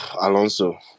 Alonso